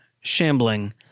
shambling